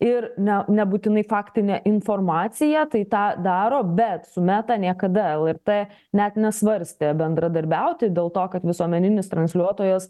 ir ne nebūtinai faktinė informacija tai tą daro bet su meta niekada lrt net nesvarstė bendradarbiauti dėl to kad visuomeninis transliuotojas